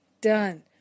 done